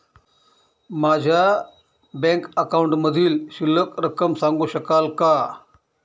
माझ्या बँक अकाउंटमधील शिल्लक रक्कम सांगू शकाल का?